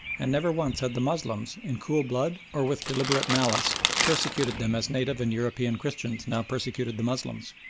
and never once had the moslems, in cool blood or with deliberate malice, persecuted them as native and european christians now persecuted the moslems.